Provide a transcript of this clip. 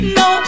no